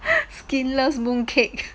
skinless mooncakes